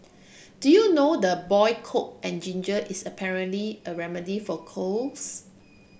do you know the boiled coke and ginger is apparently a remedy for colds